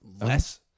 less